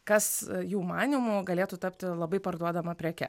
kas jų manymu galėtų tapti labai parduodama preke